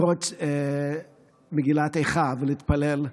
לקרוא את מגילת איכה ולהתפלל,